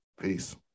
Peace